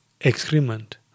excrement